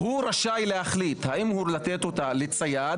והוא רשאי להחליט האם לתת אותה לצייד.